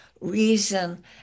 reason